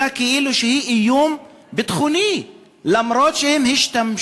אלא כאילו שהיא איום ביטחוני, אף-על-פי